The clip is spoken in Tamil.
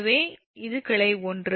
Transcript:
எனவே இது கிளை 1